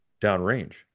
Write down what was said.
downrange